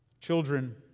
Children